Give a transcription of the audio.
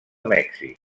mèxic